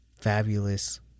fabulous